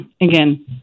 Again